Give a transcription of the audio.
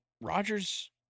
Rodgers